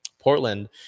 Portland